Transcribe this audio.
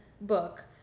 book